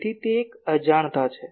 તેથી તે એક અજાણતાં છે